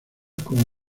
como